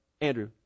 Andrew